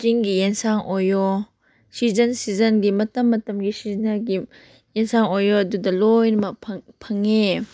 ꯆꯤꯡꯒꯤ ꯑꯦꯟꯁꯥꯡ ꯑꯣꯏꯌꯣ ꯁꯤꯖꯟ ꯁꯤꯖꯟꯒꯤ ꯃꯇꯝ ꯃꯇꯝꯒꯤ ꯁꯤꯖꯅꯦꯜꯒꯤ ꯑꯦꯟꯁꯥꯡ ꯑꯣꯏꯌꯣ ꯑꯗꯨꯗ ꯂꯣꯏꯅꯃꯛ ꯐꯪꯉꯦ